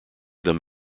them